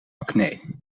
acne